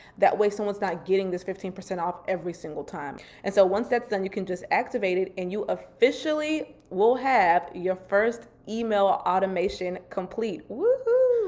that way someone's not getting this fifteen percent off every single time. and so once that's done, you can just activate it and you officially will have your first email ah automation complete. woohoo!